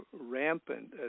rampant